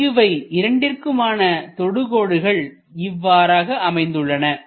இங்கு இவை இரண்டிற்குமான தொடுகோடுகள் இவ்வாறாக அமைந்துள்ளன